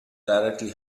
directly